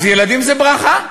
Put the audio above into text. אז ילדים זה ברכה.